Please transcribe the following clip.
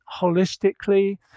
holistically